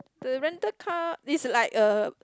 the rented car is like a